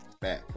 back